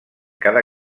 cada